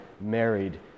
married